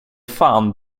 fan